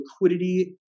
liquidity